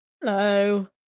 Hello